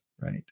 right